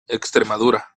extremadura